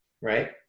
right